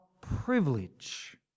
privilege